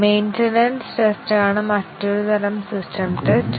maintenance ടെസ്റ്റാണ് മറ്റൊരു തരം സിസ്റ്റം ടെസ്റ്റ്